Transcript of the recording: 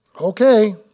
Okay